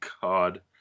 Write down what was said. God